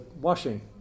washing